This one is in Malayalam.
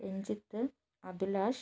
രഞ്ജിത്ത് അഭിലാഷ്